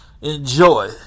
enjoy